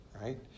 right